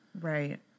Right